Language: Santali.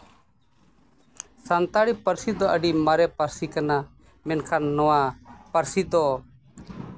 ᱥᱟᱱᱛᱟᱲᱤ ᱯᱟᱹᱨᱥᱤ ᱫᱚ ᱟᱹᱰᱤ ᱢᱟᱨᱮ ᱯᱟᱹᱨᱥᱤ ᱠᱟᱱᱟ ᱢᱮᱱᱠᱷᱟᱱ ᱯᱟᱹᱨᱥᱤ ᱫᱚ